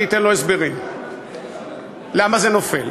אני אתן לו הסברים למה זה נופל.